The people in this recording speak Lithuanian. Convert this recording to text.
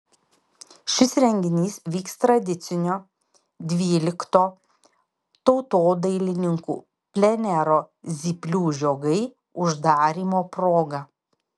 šis renginys vyks tradicinio dvylikto tautodailininkų plenero zyplių žiogai uždarymo proga